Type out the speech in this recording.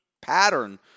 pattern